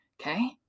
Okay